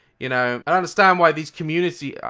you know, i don't understand why these communities?